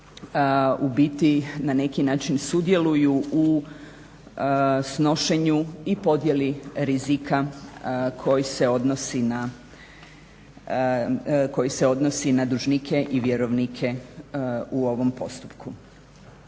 ubiti na neki način sudjeluju u snošenju i podjeli rizika koji se odnosi na dužnike i vjerovnike u ovom postupku.